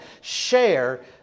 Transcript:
share